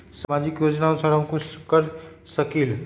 सामाजिक योजनानुसार हम कुछ कर सकील?